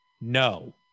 No